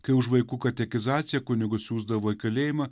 kai už vaikų katekizaciją kunigus siųsdavo į kalėjimą